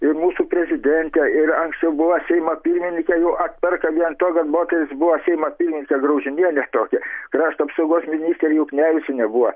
ir mūsų prezidentė ir anksčiau buvo seimo pirmininkė jau atperka vien tuo kad moteris buvo seimo pirmininkė graužinienė tokia krašto apsaugos ministrė juknevičienė buvo